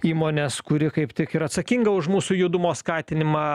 įmonės kuri kaip tik ir atsakinga už mūsų judumo skatinimą